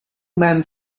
men